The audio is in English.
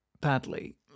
badly